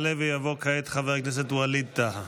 יעלה ויבוא כעת חבר הכנסת וליד טאהא.